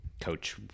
coach